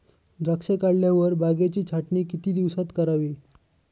द्राक्षे काढल्यावर बागेची छाटणी किती दिवसात करावी?